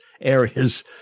areas